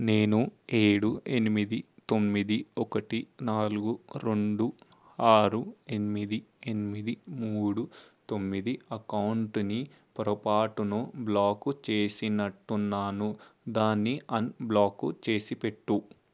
నేను ఏడు ఎనిమిది తొమ్మిది ఒకటి నాలుగు రెండు ఆరు ఎనిమిది ఎనిమిది మూడు తొమ్మిది అకౌంటుని పొరపాటును బ్లాకు చేసినట్టున్నాను దాన్ని అన్బ్లాకు చేసిపెట్టు